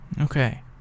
okay